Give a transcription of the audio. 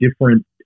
different